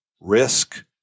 risk